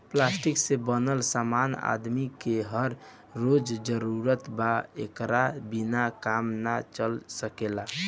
plastic से बनल समान आदमी के हर रोज जरूरत बा एकरा बिना काम ना चल सकेला